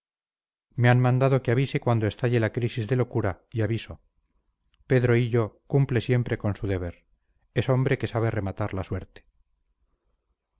me han mandado que avise cuando estalle la crisis de locura y aviso pedro hillo cumple siempre con su deber es hombre que sabe rematar la suerte